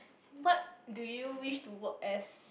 what do you wish to work as